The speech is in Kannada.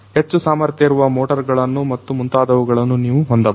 ಹೆಚ್ಚು ಸಾಮರ್ಥ್ಯ ಇರುವ ಮೋಟಾರ್ ಗಳನ್ನು ಮತ್ತು ಮುಂತಾದವುಗಳನ್ನು ನೀವು ಹೊಂದಬಹುದು